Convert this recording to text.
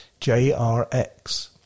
JRX